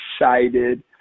excited